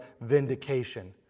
vindication